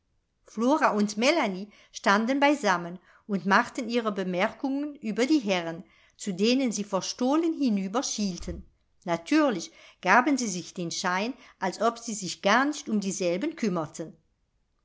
und melanie standen beisammen und machten ihre bemerkungen über die herren zu denen sie verstohlen hinüber schielten natürlich gaben sie sich den schein als ob sie sich gar nicht um dieselben kümmerten